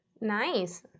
nice